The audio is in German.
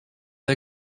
der